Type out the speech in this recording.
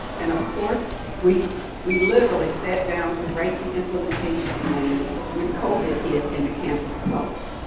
and of course, we we literally sat down to write the implementation plan when covid hit and the campus closed.